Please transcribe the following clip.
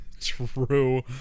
True